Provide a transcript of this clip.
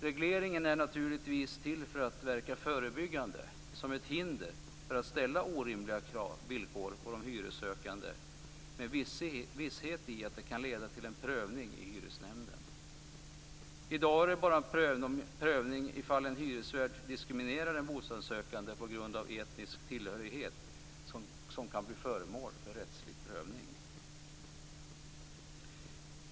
Regleringen är naturligtvis till för att verka förebyggande som ett hinder för att ställa orimliga villkor för de bostadssökande, eftersom det kan leda till en prövning i Hyresnämnden. I dag leder det bara till en prövning om en hyresvärd diskriminerar en bostadssökande på grund av etnisk tillhörighet.